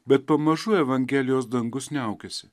bet pamažu evangelijos dangus niaukiasi